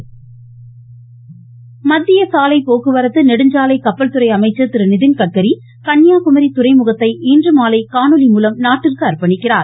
க்க்க்க்க கன்னியாகுமரி மத்திய சாலை போக்குவரத்து நெடுஞ்சாலை கப்பல்துறை அமைச்சர் திரு நிதின்கட்கரி கன்னியாகுமரி துறைமுகத்தை இன்றுமாலை காணொலிமூலம் நாட்டிற்கு அர்ப்பணிக்கிறார்